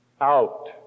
out